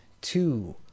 two